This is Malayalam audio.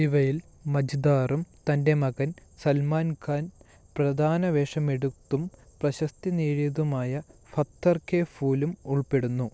ഇവയിൽ മജ്ധാറും തൻ്റെ മകൻ സൽമാൻ ഖാൻ പ്രധാന വേഷമെടുത്തും പ്രശസ്തി നേടിയതുമായ പത്ഥർ കെ ഫൂലും ഉൾപ്പെടുന്നു